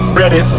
ready